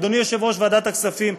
אדוני יושב-ראש ועדת הכספים,